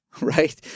right